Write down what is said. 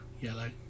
yellow